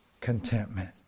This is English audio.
contentment